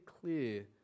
clear